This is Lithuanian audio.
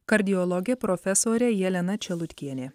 kardiologė profesorė jelena čelutkienė